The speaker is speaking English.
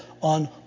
on